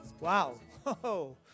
wow